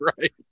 right